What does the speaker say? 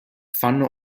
fanno